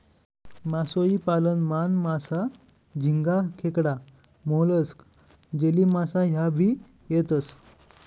मासोई पालन मान, मासा, झिंगा, खेकडा, मोलस्क, जेलीमासा ह्या भी येतेस